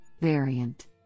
variant